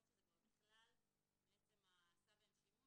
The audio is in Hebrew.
יכול להיות שזה כבר נכלל בעצם זה שנעשה בהם שימוש.